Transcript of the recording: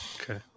Okay